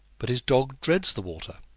but his dog dreads the water.